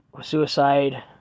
suicide